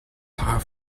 paar